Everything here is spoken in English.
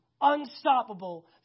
Unstoppable